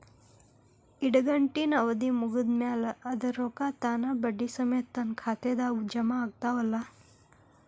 ಇಡಗಂಟಿನ್ ಅವಧಿ ಮುಗದ್ ಮ್ಯಾಲೆ ಅದರ ರೊಕ್ಕಾ ತಾನ ಬಡ್ಡಿ ಸಮೇತ ನನ್ನ ಖಾತೆದಾಗ್ ಜಮಾ ಆಗ್ತಾವ್ ಅಲಾ?